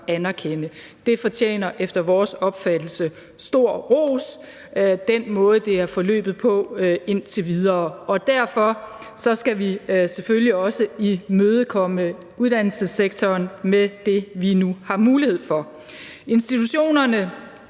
til videre, fortjener efter vores opfattelse stor ros, og derfor skal vi selvfølgelig også imødekomme uddannelsessektoren med det, vi nu har mulighed for. De institutioner,